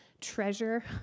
treasure